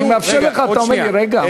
אני מאפשר לך, אתה אומר לי רגע?